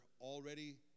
already